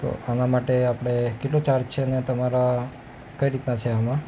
તો આના માટે આપણે કેટલો ચાર્જ છે ને તમારા કઈ રીતના છે આમાં